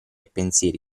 pensieri